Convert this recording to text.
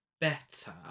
better